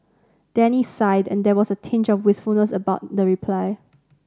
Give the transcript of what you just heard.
Danny sighed and there was a tinge of wistfulness about the reply